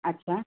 अच्छा